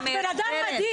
את בן אדם מדהים.